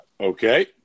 Okay